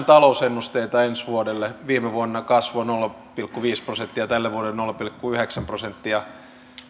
talousennusteitamme ensi vuodelle viime vuonna kasvua nolla pilkku viisi prosenttia tälle vuodelle nolla pilkku yhdeksän prosenttia